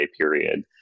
period